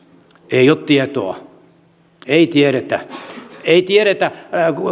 ei ole tietoa ei tiedetä ei tiedetä